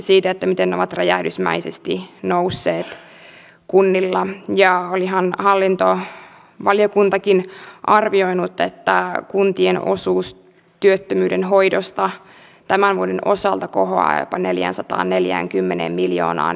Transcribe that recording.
toimivat junayhteydet ovat tärkeitä maakunnan elinvoimaisuudelle ja esimerkiksi pohjois karjalassa nyt nämä esitetyt leikkaukset lakkauttaisivat kaiken henkilöjunaliikenteen lukuun ottamatta yhteyttä joensuusta helsinkiin